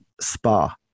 spa